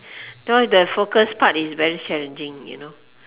so the focus part is very challenging you know